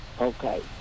Okay